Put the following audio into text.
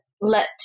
let